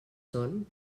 són